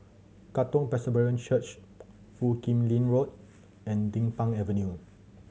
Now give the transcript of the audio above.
Katong Presbyterian Church Foo Kim Lin Road and Din Pang Avenue